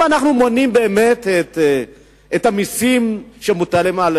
אם אנחנו מונים באמת את המסים שמוטלים על